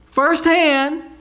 Firsthand